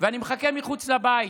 ואני מחכה מחוץ לבית.